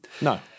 No